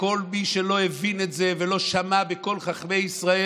וכל מי שלא הבין את זה ולא שמע בקול חכמי ישראל,